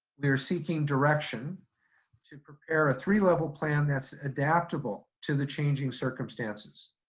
we are seeking direction to prepare a three level plan that's adaptable to the changing circumstances.